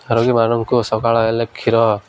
ରୋଗୀମାନଙ୍କୁ ସକାଳ ହେଲେ କ୍ଷୀର